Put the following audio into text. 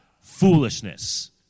Foolishness